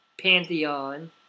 pantheon